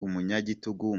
umunyagitugu